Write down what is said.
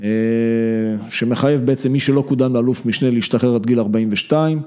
שמחייב בעצם מי שלא קודם לאלוף משנה להשתחרר עד גיל ארבעים ושתיים